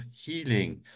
healing